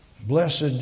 Blessed